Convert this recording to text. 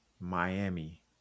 Miami